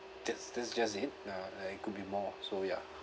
that's that's just it ah eh it could be more so ya